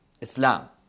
Islam